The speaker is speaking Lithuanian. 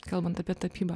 kalbant apie tapybą